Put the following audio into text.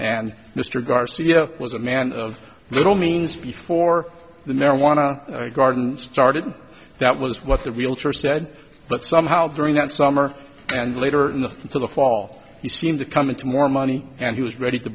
and mr garcia was a man of little means before the marijuana garden started that was what the realtor said but somehow during that summer and later in the into the fall he seemed to come into more money and he was ready to